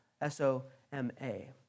S-O-M-A